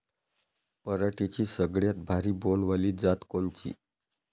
पराटीची सगळ्यात भारी बोंड वाली जात कोनची?